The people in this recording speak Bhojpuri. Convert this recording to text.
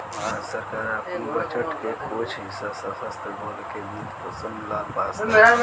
भारत सरकार आपन बजट के कुछ हिस्सा सशस्त्र बल के वित्त पोषण ला पास करेले